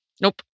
Nope